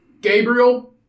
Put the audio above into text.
Gabriel